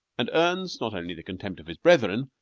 and earns not only the contempt of his brethren,